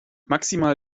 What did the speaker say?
maximal